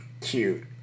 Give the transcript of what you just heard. cute